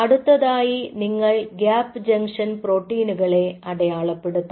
അടുത്തതായി നിങ്ങൾ gap junction പ്രോട്ടീനുകളെ അടയാളപ്പെടുത്തണം